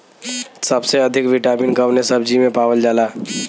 सबसे अधिक विटामिन कवने सब्जी में पावल जाला?